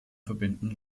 verbinden